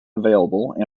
available